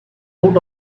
out